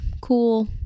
cool